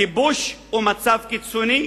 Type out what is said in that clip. הכיבוש הוא מצב קיצוני,